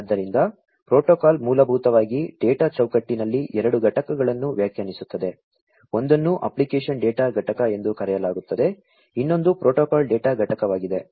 ಆದ್ದರಿಂದ ಪ್ರೋಟೋಕಾಲ್ ಮೂಲಭೂತವಾಗಿ ಡೇಟಾ ಚೌಕಟ್ಟಿನಲ್ಲಿ ಎರಡು ಘಟಕಗಳನ್ನು ವ್ಯಾಖ್ಯಾನಿಸುತ್ತದೆ ಒಂದನ್ನು ಅಪ್ಲಿಕೇಶನ್ ಡೇಟಾ ಘಟಕ ಎಂದು ಕರೆಯಲಾಗುತ್ತದೆ ಇನ್ನೊಂದು ಪ್ರೋಟೋಕಾಲ್ ಡೇಟಾ ಘಟಕವಾಗಿದೆ